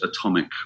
atomic